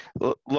look